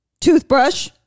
toothbrush